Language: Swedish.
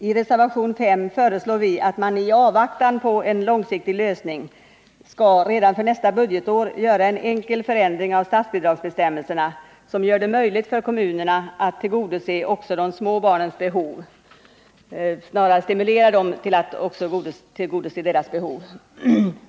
I reservation 5 föreslår vi att man i avvaktan på en långsiktig lösning skall redan för nästa budgetår genomföra en enkel förändring av statsbidragsbestämmelserna, som gör det möjligt att stimulera kommunerna att tillgodose också de små barnens behov.